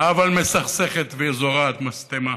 אבל מסכסכת וזורעת משטמה.